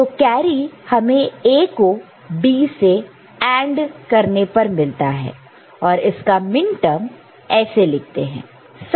तो कैरी हमें A को B से एंड करने पर मिलता है और इसका मिनटर्म ऐसे लिखते हैं